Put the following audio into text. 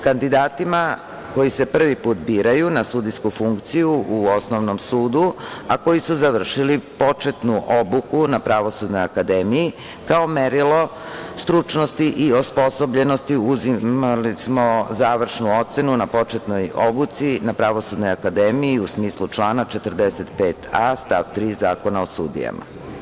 Kandidatima koji se prvi put biraju na sudijsku funkciju u osnovnom sudu, a koji su završili početnu obuku na Pravosudnoj akademiji, kao merilo stručnosti i osposobljenosti, imali smo završnu ocenu na početnoj obuci na Pravosudnoj akademiji u smislu člana 45. a) stav 3. Zakona o sudijama.